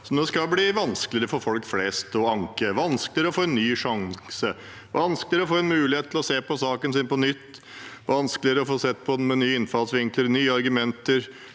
at det skal bli vanskeligere for folk flest å anke – vanskeligere å få en ny sjanse, vanskeligere å få en mulighet til å få saken sin sett på på nytt, vanskeligere å få sett på den med nye innfallsvinkler eller nye argumenter,